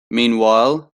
meanwhile